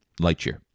Lightyear